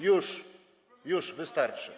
Już, już, wystarczy.